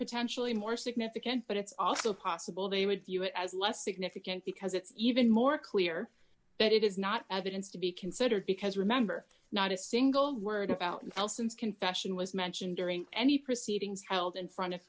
potentially more significant but it's also possible they would view it as less significant because it's even more clear that it is not evidence to be considered because remember not a single word about elsa is confession was mentioned during any proceedings held in front of